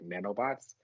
nanobots